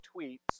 tweets